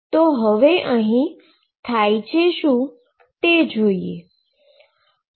તો હવે અહી થાય છે શું તે જોઈએ